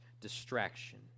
distraction